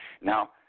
Now